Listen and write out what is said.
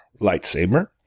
lightsaber